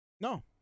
No